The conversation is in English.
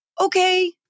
okay